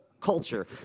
Culture